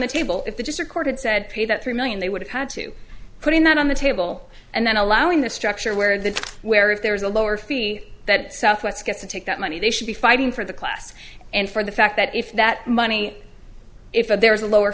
the table if they just recorded said pay that three million they would have had to put in that on the table and then allowing the structure where the where if there is a lower fee that southwest gets to take that money they should be fighting for the class and for the fact that if that money if there is a lower